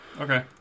Okay